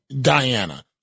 Diana